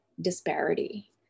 disparity